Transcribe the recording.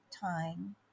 time